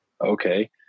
Okay